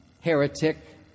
Heretic